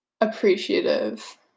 appreciative